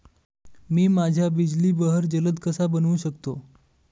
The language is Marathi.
मी माझ्या बिजली बहर जलद कसा बनवू शकतो?